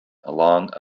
along